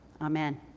Amen